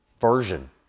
version